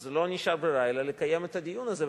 אז לא נשארה ברירה אלא לקיים את הדיון הזה.